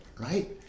right